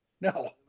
no